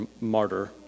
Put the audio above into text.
martyr